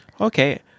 okay